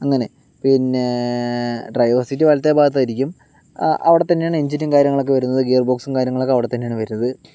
അങ്ങനെ പിന്നെ driver seat വലത്തേ ഭാഗത്തായിരിക്കും അവിടെത്തന്നെയാണ് എൻജിനും കാര്യങ്ങളൊക്കെ വരുന്നത് ഗിയർ ബോക്സും കാര്യങ്ങളൊക്കെ അവിടെ തന്നെയാണ് വരുന്നത്